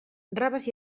raves